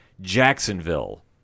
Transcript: Jacksonville